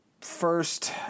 First